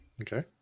Okay